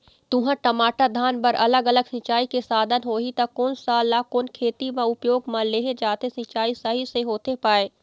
तुंहर, टमाटर, धान बर अलग अलग सिचाई के साधन होही ता कोन सा ला कोन खेती मा उपयोग मा लेहे जाथे, सिचाई सही से होथे पाए?